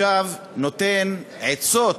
ועכשיו נותן עצות